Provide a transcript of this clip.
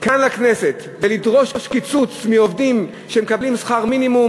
כאן לכנסת ולדרוש קיצוץ אצל עובדים שמקבלים שכר מינימום,